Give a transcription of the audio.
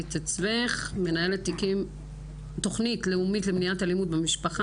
מנהלת תוכנית לאומית למניעת אלימות במשפחה,